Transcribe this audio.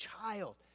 child